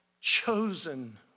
Chosen